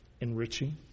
Enriching